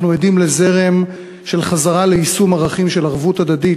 אנחנו עדים לזרם של חזרה ליישום ערכים של ערבות הדדית,